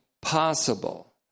possible